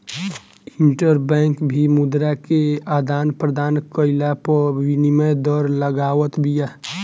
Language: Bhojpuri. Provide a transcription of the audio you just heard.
इंटरबैंक भी मुद्रा के आदान प्रदान कईला पअ विनिमय दर लगावत बिया